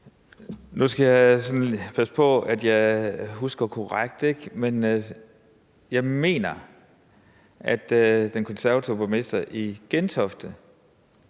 Nu skal jeg sådan passe på, at jeg husker korrekt, men jeg mener, at den konservative borgmester i Gentofte